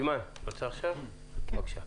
אימאן, בבקשה.